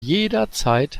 jederzeit